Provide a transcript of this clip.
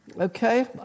Okay